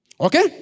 Okay